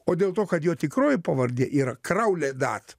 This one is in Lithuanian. o dėl to kad jo tikroji pavardė yra krauledat